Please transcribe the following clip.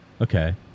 okay